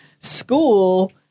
school